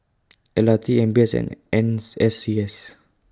L R T M B S and N S C S